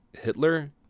Hitler